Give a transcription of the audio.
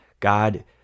God